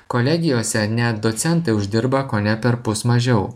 kolegijose net docentai uždirba kone perpus mažiau